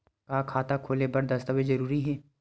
का खाता खोले बर दस्तावेज जरूरी हे?